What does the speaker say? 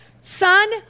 son